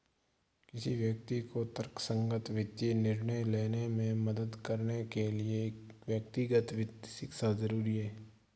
किसी व्यक्ति को तर्कसंगत वित्तीय निर्णय लेने में मदद करने के लिए व्यक्तिगत वित्त शिक्षा जरुरी है